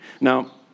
Now